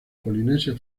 polinesia